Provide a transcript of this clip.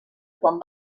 quan